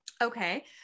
Okay